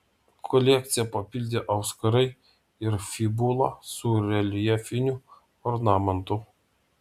kolekciją papildė auskarai ir fibula su reljefiniu ornamentu